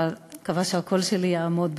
ואני מקווה שהקול שלי יעמוד בזה.